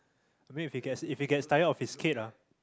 I mean if he gets if he gets tired of his kid ah